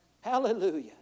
Hallelujah